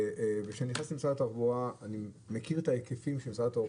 וכשנכנסתי למשרד התחבורה אני מכיר את ההיקפים שמשרד התחבורה